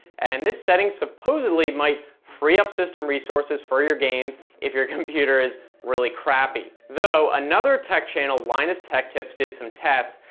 and this setting supposedly might free up system resources for your games if your computer is really crappy. though another tech channel, linustechtips did some tests,